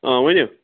ؤنِو